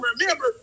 remember